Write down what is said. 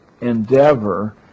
endeavor